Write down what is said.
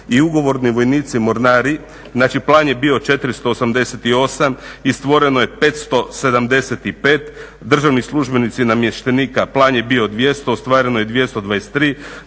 i ugovorni vojnici mornari, znači plan je bio 488 i stvoreno je 575, državni službenici i namještenici plan je bio 200 ostvareno je 223,